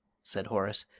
said horace,